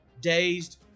dazed